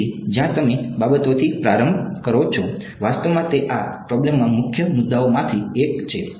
તેથી જ્યાં તમે બાબતોથી પ્રારંભ કરો છો વાસ્તવમાં તે આ પ્રોબ્લેમમાં મુખ્ય મુદ્દાઓમાંથી એક છે